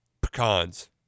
pecans